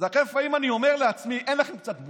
לכן לפעמים אני אומר לעצמי: אין